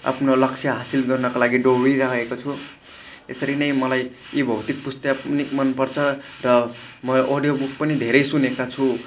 आफ्नो लक्ष्य हासिल गर्नका लागि दौडिरहेको छु यसरी नै मलाई यी भौतिक पुस्तक पनि मनपर्छ र म अडियो बुक पनि धेरै सुनेको छु